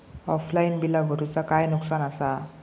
Offline बिला भरूचा काय नुकसान आसा?